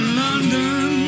london